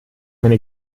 meine